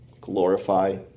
Glorify